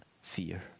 fear